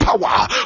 power